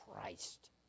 Christ